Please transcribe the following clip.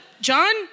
John